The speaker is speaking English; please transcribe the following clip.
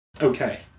Okay